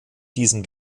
diesem